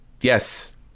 Yes